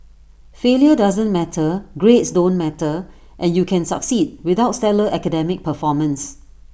failure doesn't matter grades don't matter and you can succeed without stellar academic performance